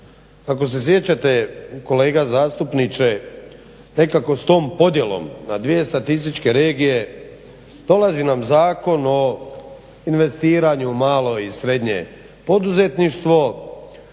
Ako se sjećate kolega zastupniče, nekako s tom podjelom na dvije statističke regije dolazi nam Zakon o investiranju malo i srednje poduzetništvo,